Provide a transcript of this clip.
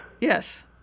Yes